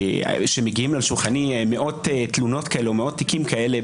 כשמגיעים אל שולחנו מאות תלונות כאלו או מאות תיקים כאלה,